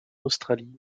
australie